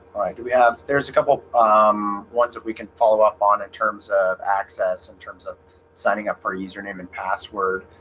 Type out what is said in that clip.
do we have there's a couple um ones that we can follow up on in terms of access in terms of signing up for a username and password